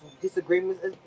disagreements